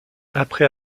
après